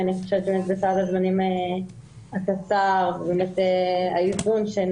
אני חושבת שבפער הזמנים הקצר ובאמת -- -שלא